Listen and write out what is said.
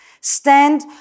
stand